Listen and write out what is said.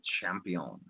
champion